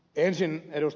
ensin ed